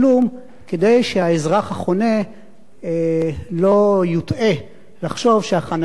כדי שהאזרח החונה לא יוטעה לחשוב שהחנייה היא חנייה